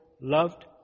loved